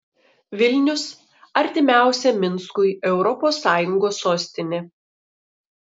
vilnius artimiausia minskui europos sąjungos sostinė